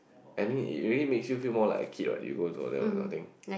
I mean it really makes you feel more like a kid what you go to all that all the thing